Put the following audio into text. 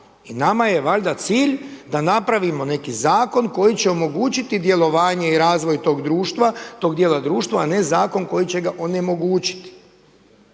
I nama je valjda cilj da napravimo neki zakon koji će omogućiti djelovanje i razvoj tog društva, tog dijela društva a ne zakon koji će ga onemogućiti.